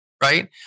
right